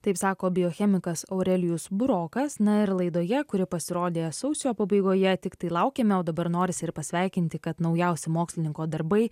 taip sako biochemikas aurelijus burokas na ir laidoje kuri pasirodė sausio pabaigoje tiktai laukiame o dabar norisi ir pasveikinti kad naujausi mokslininko darbai